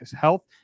health